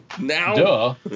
Now